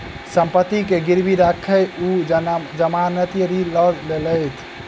सम्पत्ति के गिरवी राइख ओ जमानती ऋण लय लेलैथ